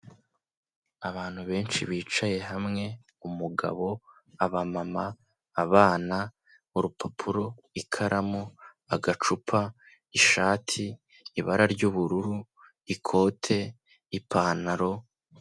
Abantu benshi bicaye hamwe, umugabo, abamama, abana, urupapuro, ikaramu, agacupa, ishati, ibara ry'ubururu, ikote, ipantaro.